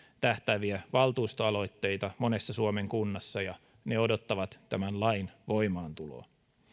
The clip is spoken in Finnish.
tähtääviä valtuustoaloitteita monessa suomen kunnassa ja ne odottavat tämän lain voimaantuloa